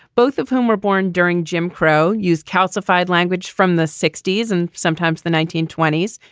both of whom were born during jim crow use calcified language from the sixty s and sometimes the nineteen twenty s.